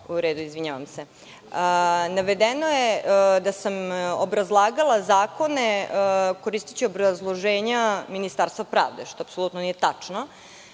poslaniku.)Izvinjavam se. Navedeno je da sam obrazlagala zakone koristeći obrazloženja Ministarstva pravde, što apsolutno nije tačno. Neko